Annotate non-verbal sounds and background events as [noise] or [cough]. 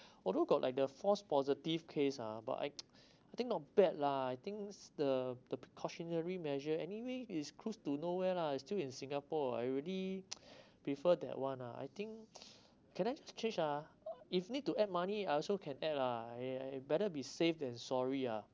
although got like the false positive case ah but I [noise] I think not bad lah think s~ the the precautionary measure anyway is cruise to nowhere lah still in singapore I really prefer [noise] that one lah I think [breath] can I just change ah if need to add money I also can add lah eh better be safe than sorry ah